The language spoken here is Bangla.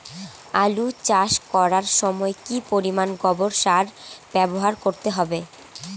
আলু চাষ করার সময় কি পরিমাণ গোবর সার ব্যবহার করতে হবে?